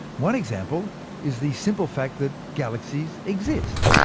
one example is the simple fact that galaxies exist.